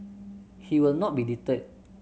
he will not be deterred